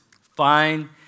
fine